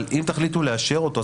אבל אם תחליטו לאשר אותו,